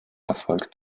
erfolgt